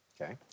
okay